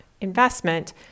investment